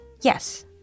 yes